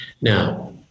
Now